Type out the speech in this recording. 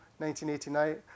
1989